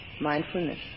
mindfulness